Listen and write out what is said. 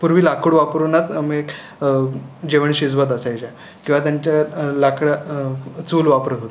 पूर्वी लाकूड वापरूनच म्हणजे जेवण शिजवत असायच्या किंवा त्यांच्यात लाकडं चूल वापरत होत्या